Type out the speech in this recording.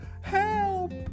help